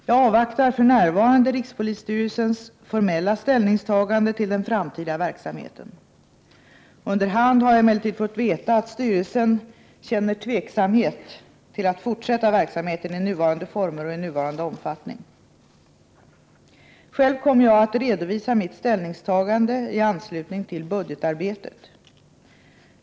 Jag avvaktar för närvarande rikspolisstyrelsens formella ställningstagande till den framtida verksamheten. Under hand har jag emellertid fått veta att styrelsen känner tveksamhet till att fortsätta verksamheten i nuvarande former och i nuvarande omfattning. Själv kommer jag att redovisa mitt ställningstagande i anslutning till budgetarbetet.